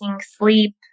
sleep